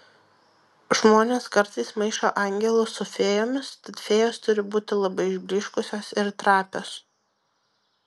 žmonės kartais maišo angelus su fėjomis tad fėjos turi būti labai išblyškusios ir trapios